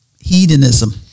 hedonism